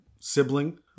sibling